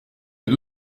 end